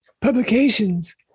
publications